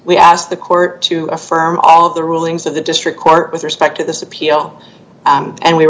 we asked the court to affirm all of the rulings of the district court with respect to this appeal and we